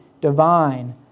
divine